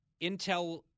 intel